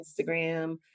Instagram